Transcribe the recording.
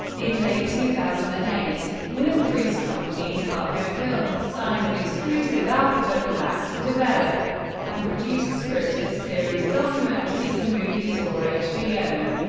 in late two thousand and eight, winfrey's company harpo films signed an exclusive output pact to develop and produce scripted series, documentaries, and movies for hbo.